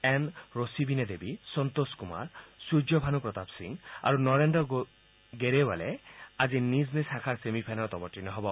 N Roshibina Devi Santosh Kumar Suryabhanu Pratap Singh আৰু নৰেন্দ্ৰ গেৰেৱালে আজি তেওঁলোকৰ নিজ নিজ শাখাৰ ছেমি ফাইনেলত অৱতীৰ্ণ হ'ব